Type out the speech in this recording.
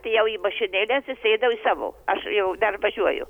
atėjau į mašinėlę atsisėdau į savo aš jau ten važiuoju